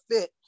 fit